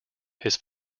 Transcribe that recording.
his